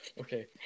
Okay